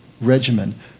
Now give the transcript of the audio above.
regimen